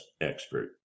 expert